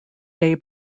day